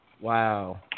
Wow